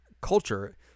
culture